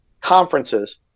conferences